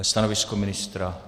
Stanovisko ministra?